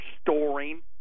storing